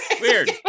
Weird